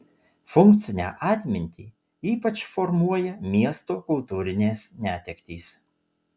funkcinę atmintį ypač formuoja miesto kultūrinės netektys